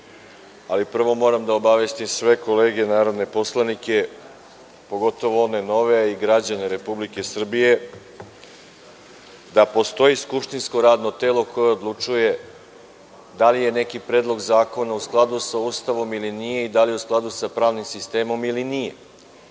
ali prvo moram da obavestim sve kolege narodne poslanike, pogotovo one nove, i građane Republike Srbije da postoji skupštinsko radno telo koje odlučuje da li je neki predlog zakona u skladu sa Ustavom ili nije i da li je u skladu sa pravnim sistemom ili nije.